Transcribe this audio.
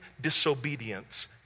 disobedience